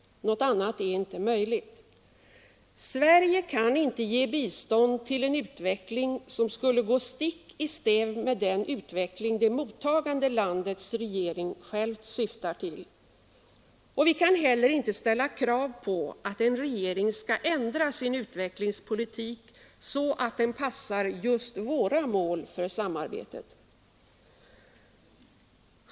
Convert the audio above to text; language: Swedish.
Något annat är inte möjligt. Sverige kan inte ge bistånd till en utveckling som skulle gå stick i stäv med den utveckling det mottagande landets regering själv syftar till. Vi kan inte heller ställa krav på att en regering skall ändra sin utvecklingspolitik så att den passar just våra mål för samarbetet.